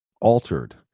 altered